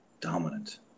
Dominant